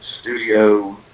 studio